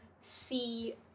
see